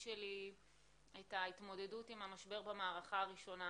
שלי את ההתמודדות עם המשבר במערכה הראשונה,